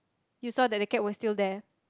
you saw that the cat was still there